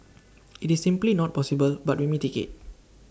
IT is simply not possible but we mitigate